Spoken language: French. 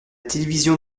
télévision